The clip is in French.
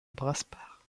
brasparts